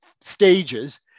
stages